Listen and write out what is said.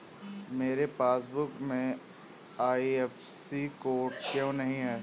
मेरे पासबुक में IFSC code क्यो नहीं है?